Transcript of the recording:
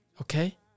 Okay